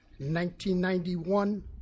1991